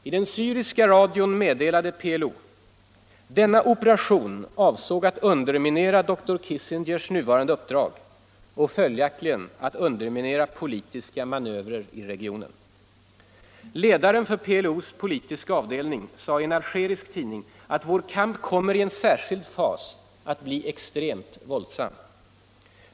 I den syriska radion meddelade PLO: ”Denna operation avsåg att underminera dr Kissingers nuvarande uppdrag och följaktligen att underminera politiska manövrer i regionen.” Ledaren för PLO:s politiska avdelning sade i en algerisk tidning, att vår kamp kommer ”i en särskild fas att bli extremt våldsam”.